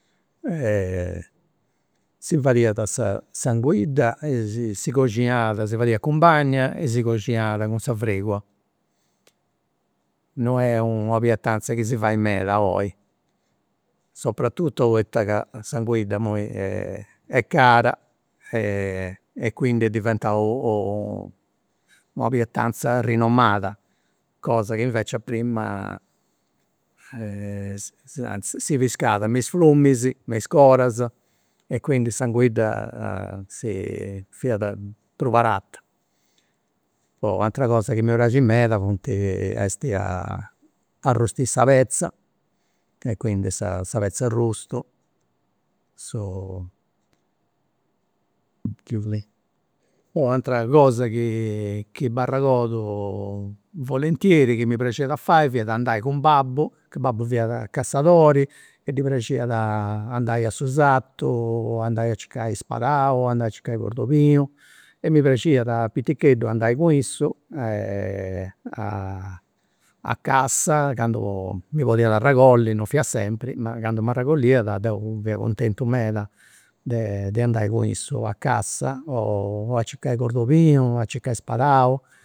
si fadiat sa s'anguidda, si coxinat si fadiat cun bagna e si coxinat cun sa fregula, non est una pietanza chi si fait meda oi, soprattutto poita ca s'anguidda imui est cara e quindi est diventau una pietanza rinomada cosa chi invecias prima si piscat me is fruminus, me is goras e quindi s'anguidda si fiat prus barata. U'atera cosa chi mi praxit meda funt est a arrustì sa petza e quindi sa petza arrustu, su. U'atera cosa chi chi m'arregordu volentieri chi mi praxiat a fai fiat andai cun babbu, ca babbu fiat cassadori e ddi praxiat andai a su sartu, andai a circai sparau, andai a circai cordolinu, e mi praxiat a piticheddu andai cu issu a cassa candu mi podiat arregolli, non fiat sempri, ma candu m'arregolliat deu fia cuntentu meda de andai cun issu a cassa o a circai cordolinu, a circai sparau